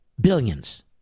Billions